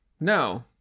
No